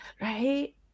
Right